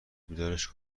بیدارش